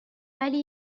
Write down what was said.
ولی